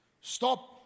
stop